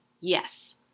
yes